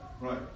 right